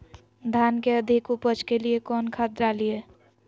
धान के अधिक उपज के लिए कौन खाद डालिय?